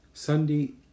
Sunday